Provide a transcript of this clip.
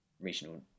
regional